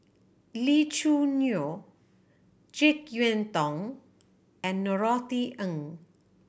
Lee Choo Neo Jek Yeun Thong and Norothy Ng